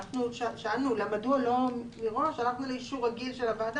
שאלנו מדוע לא מראש הלכנו לאישור רגיל של הוועדה